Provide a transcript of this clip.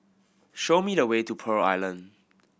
show me the way to Pearl Island